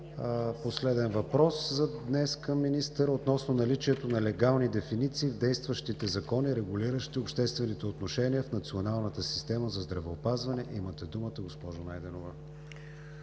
последен въпрос за днес към министъра, относно наличието на легални дефиниции в действащите закони, регулиращи обществените отношения в Националната система за здравеопазване. Имате думата, уважаема госпожо Найденова.